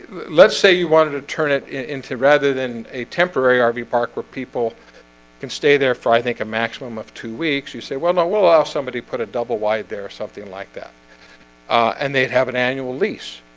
let's say you wanted to turn it into rather than a temporary ah rv park where people can stay there for i think a maximum of two weeks you say. well no we'll allow somebody put a double-wide there or something like that and they'd have an annual lease.